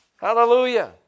Hallelujah